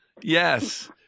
Yes